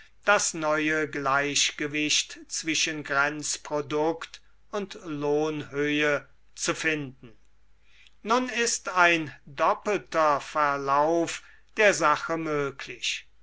das neue gleichgewicht zwischen grenzprodukt und lohnhöhe zu finden nun ist ein doppelter verlauf der sache möglich